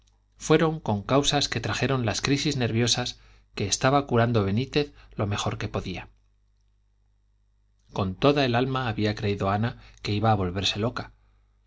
fueron concausas que trajeron las crisis nerviosas que estaba curando benítez lo mejor que podía con toda el alma había creído ana que iba a volverse loca